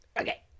Okay